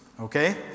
okay